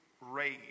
rage